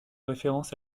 référence